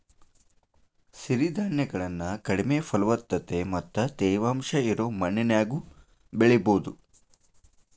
ಸಿರಿಧಾನ್ಯಗಳನ್ನ ಕಡಿಮೆ ಫಲವತ್ತತೆ ಮತ್ತ ತೇವಾಂಶ ಇರೋ ಮಣ್ಣಿನ್ಯಾಗು ಬೆಳಿಬೊದು